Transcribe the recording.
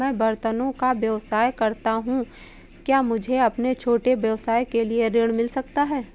मैं बर्तनों का व्यवसाय करता हूँ क्या मुझे अपने छोटे व्यवसाय के लिए ऋण मिल सकता है?